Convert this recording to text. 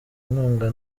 nkunga